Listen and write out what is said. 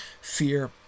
fear